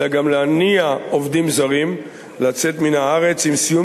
אלא גם להניע עובדים זרים לצאת מן הארץ עם סיום